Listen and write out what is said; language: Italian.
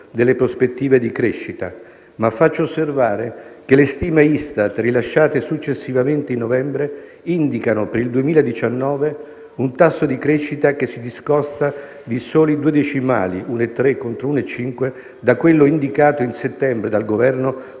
delle prospettive di crescita, ma faccio osservare che le stime Istat, rilasciate successivamente, in novembre indicano per il 2019 un tasso di crescita che si discosta di soli due decimali (1,3 contro 1,5) da quello indicato in settembre dal Governo